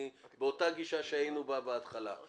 אני באותה גישה שהיינו בה בהתחלה.